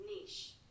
Niche